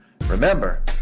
Remember